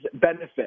benefit